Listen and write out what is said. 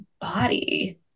body